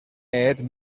add